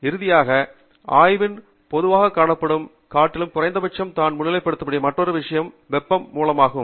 இறுதியாக ஆய்வில் பொதுவாகக் காணப்படுவதைக் காட்டிலும் குறைந்தபட்சம் நான் முன்னிலைப்படுத்தக்கூடிய மற்றொரு விஷயம் வெப்ப மூலமாகும்